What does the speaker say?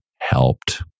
helped